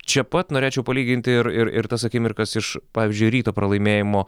čia pat norėčiau palyginti ir ir ir tas akimirkas iš pavyzdžiui ryto pralaimėjimo